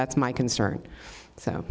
that's my concern so